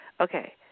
Okay